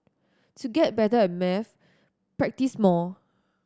to get better at maths practise more